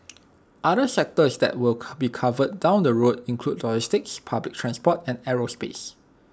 other sectors that will ka be covered down the road include logistics public transport and aerospace